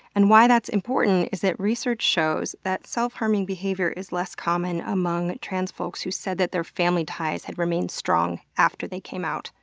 and why that's important is that research shows that self-harming behavior is less common among trans folks who said their family ties had remained strong after they came out.